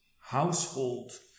household